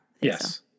Yes